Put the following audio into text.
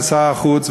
שר החוץ,